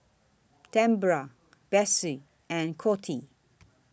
Tambra Bessie and Coty